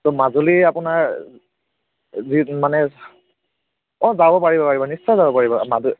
ত' মাজুলীৰ আপোনাৰ যি মানে অঁ যাব পাৰিব পাৰিব নিশ্চয় যাব পাৰিব মাজুলী